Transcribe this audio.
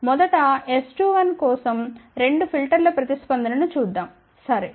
మొదట S21కోసం రెండు ఫిల్టర్ల ప్రతిస్పందన ను చూద్దాం సరే